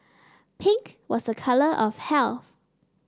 pink was a colour of health